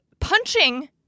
Punching